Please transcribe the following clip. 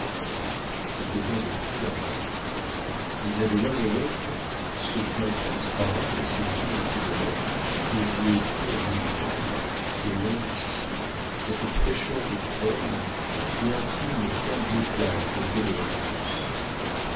qui était en effet leur mère ils avaient l'un et l'autre ce teint transparent et ces vives couleurs ces yeux purs et humides ces longs cils cette fraîcheur de formes qui impriment tant d'éclat aux beautés de l'enfance